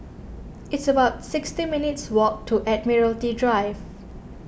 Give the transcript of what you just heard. it's about sixty minutes' walk to Admiralty D drive